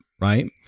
Right